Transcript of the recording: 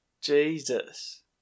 Jesus